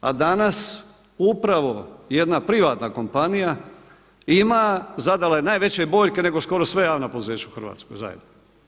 A danas upravo jedna privatna kompanija ima, zadala je najveće boljke nego skoro sva javna poduzeća u Hrvatskoj zajedno.